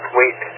wait